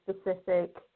specific